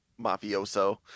mafioso